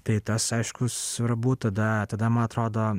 tai tas aišku svarbu tada tada man atrodo